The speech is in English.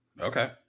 Okay